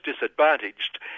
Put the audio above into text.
disadvantaged